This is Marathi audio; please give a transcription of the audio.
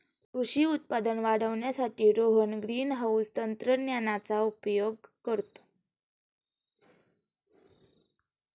कृषी उत्पादन वाढवण्यासाठी रोहन ग्रीनहाउस तंत्रज्ञानाचा उपयोग करतो